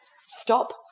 stop